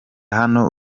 hano